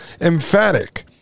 emphatic